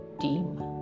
team